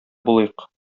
булыйк